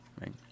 right